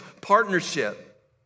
partnership